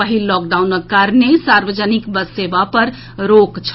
पहिल लॉकडाउनक कारणे सार्वजनिक बस सेवा पर रोक छल